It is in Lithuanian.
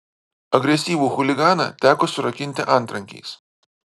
agresyvų chuliganą teko surakinti antrankiais